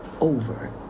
over